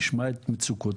נשמע את מצוקותיהם.